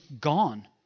gone